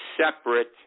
separate